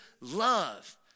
love